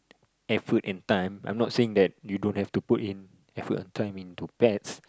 effort and time I'm not saying that you don't have to put in effort and time into pets